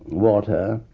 water,